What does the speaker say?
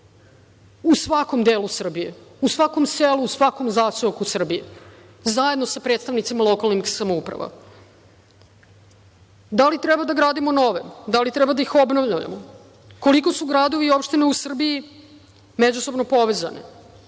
u svakom delu Srbije, u svakom selu, u svakom zaseoku Srbije, zajedno sa predstavnicima lokalnih samouprava, da li treba da gradimo nove, da li treba da ih obnavljamo, koliko su gradovi i opštine u Srbiji međusobno povezani,